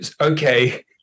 okay